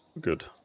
Good